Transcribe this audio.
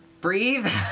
breathe